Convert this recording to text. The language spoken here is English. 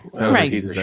Right